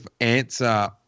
answer